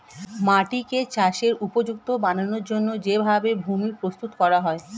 মাটিকে চাষের উপযুক্ত বানানোর জন্যে যেই ভাবে ভূমি প্রস্তুত করা হয়